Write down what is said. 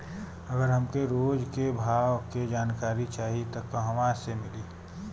अगर हमके रोज के भाव के जानकारी चाही त कहवा से मिली?